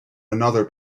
another